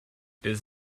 this